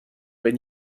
wenn